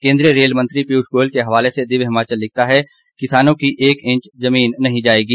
केन्द्रीय रेल मंत्री पीयूष गोयल के हवाले से दिव्य हिमाचल लिखता है किसानों की एक इंच जमीन नहीं जाएगी